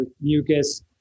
mucus